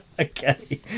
Okay